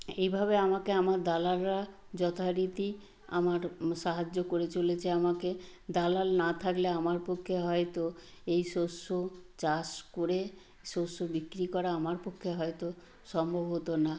এইভাবে আমাকে আমার দালালরা যথারীতি আমার সাহায্য করে চলেছে আমাকে দালাল না থাকলে আমার পক্ষে হয়তো এই শস্য চাষ করে শস্য বিক্রি করা আমার পক্ষে হয়তো সম্ভব হতো না